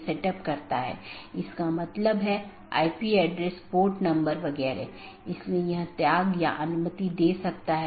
एक अन्य संदेश सूचना है यह संदेश भेजा जाता है जब कोई त्रुटि होती है जिससे त्रुटि का पता लगाया जाता है